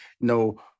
no